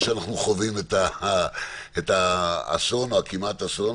שאנחנו חווים את האסון או הכמעט אסון,